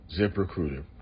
ZipRecruiter